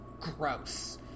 gross